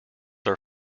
are